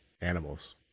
animals